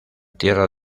tierra